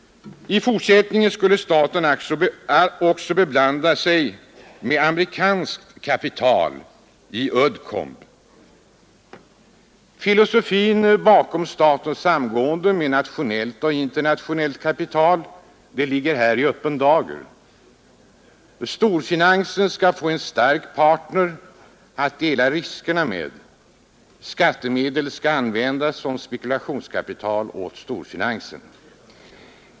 I fortsättningen skulle staten också beblanda sig med amerikanskt kapital, i Uddcomb. Filosofin bakom statens samgående med nationellt och internationellt kapital ligger här i öppen dager. Storfinansen skall få en stark partner att dela riskerna med. Skattemedel skall användas som spekulationskapital åt storfinansen.